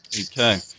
Okay